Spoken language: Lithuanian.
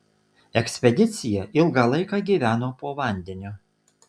ekspedicija ilgą laiką gyveno po vandeniu